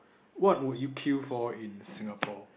what would you queue for in Singapore